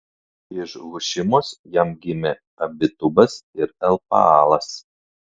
iš hušimos jam gimė abitubas ir elpaalas